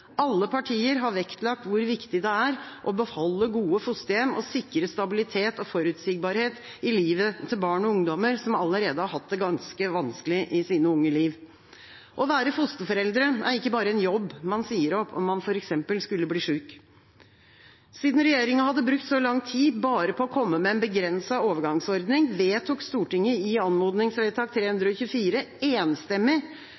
Alle partier har vektlagt hvor viktig det er å beholde gode fosterhjem og sikre stabilitet og forutsigbarhet i livet til barn og ungdommer som allerede har hatt det ganske vanskelig i sine unge liv. Å være fosterforeldre er ikke bare en jobb man sier opp om man f.eks. skulle bli syk. Siden regjeringa hadde brukt så lang tid bare på å komme med en begrenset overgangsordning, vedtok Stortinget i anmodningsvedtak